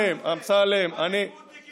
תגידו קצת, קצת צניעות, קצת